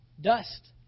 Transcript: Dust